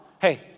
hey